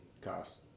cost